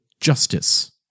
justice